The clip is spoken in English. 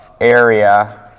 area